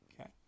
okay